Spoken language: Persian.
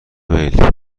میل